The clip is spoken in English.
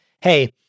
hey